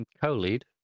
Co-lead